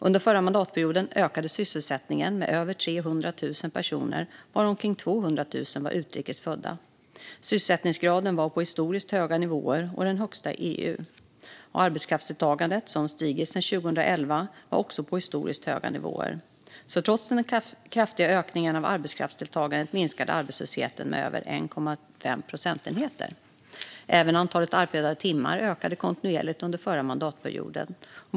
Under förra mandatperioden ökade sysselsättningen med över 300 000 personer, varav omkring 200 000 var utrikes födda. Sysselsättningsgraden var på historiskt höga nivåer och den högsta i EU. Arbetskraftsdeltagandet, som stigit sedan 2011, var också på historiskt höga nivåer. Trots den kraftiga ökningen av arbetskraftsdeltagandet minskade arbetslösheten med över 1,5 procentenheter. Även antalet arbetade timmar ökade kontinuerligt under förra mandatperioden.